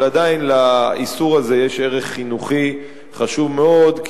אבל עדיין לאיסור הזה יש ערך חינוכי חשוב מאוד,